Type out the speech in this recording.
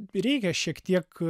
reikia šiek tiek